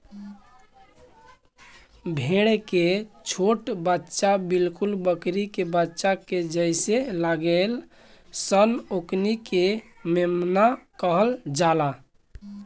भेड़ के छोट बच्चा बिलकुल बकरी के बच्चा के जइसे लागेल सन ओकनी के मेमना कहल जाला